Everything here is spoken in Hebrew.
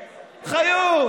חיות, חיות,